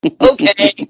Okay